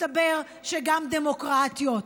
מסתבר שגם דמוקרטיות.